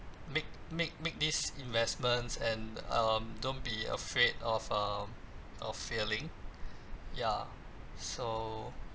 make make make these investments and um don't be afraid of um of failing ya so